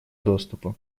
доступа